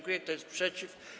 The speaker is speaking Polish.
Kto jest przeciw?